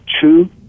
two